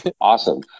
Awesome